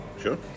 sure